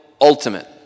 ultimate